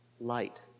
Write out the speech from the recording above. light